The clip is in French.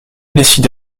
décide